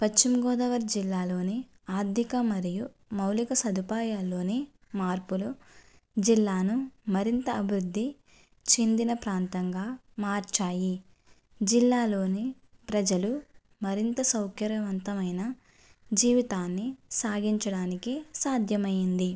పశ్చిమ గోదావరి జిల్లాలోని ఆర్థిక మరియు మౌలిక సదుపాయాలు అని మార్పులు జిల్లాను మరింత అభివృద్ధి చెందిన ప్రాంతంగా మార్చాయి జిల్లాలోని ప్రజలు మరింత సౌకర్యవంతమైన జీవితాన్ని సాగించడానికి సాధ్యమైంది